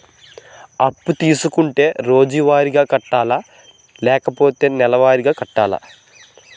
అప్పు తీసుకుంటే రోజువారిగా కట్టాలా? లేకపోతే నెలవారీగా కట్టాలా?